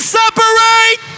separate